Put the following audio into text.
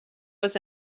was